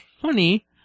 funny